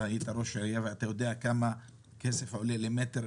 היית ראש העיר ואתה יודע כמה כסף עולה למטר,